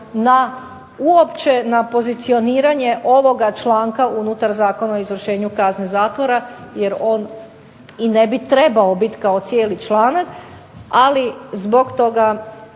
na uopće na pozicioniranje ovoga članka unutar Zakona o izvršenju kazne zatvora jer on i ne bi trebao biti kao cijeli članak, ali zbog toga